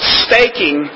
staking